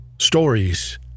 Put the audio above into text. stories